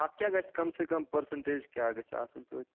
اَتھ کیٛاہ گژھِ کَم سے کَم پٔرسَنٛٹیج کیٛاہ گژھِ آسٕنۍ توتہِ